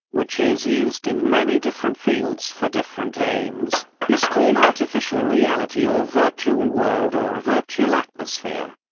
which is used in many different fields for different aims, is called artificial reality or virtual world or a virtual atmosphere.